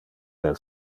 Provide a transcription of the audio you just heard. del